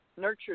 nurture